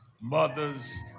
mothers